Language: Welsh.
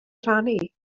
rannu